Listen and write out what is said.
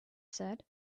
said